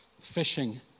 fishing